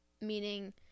meaning